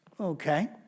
Okay